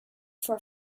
for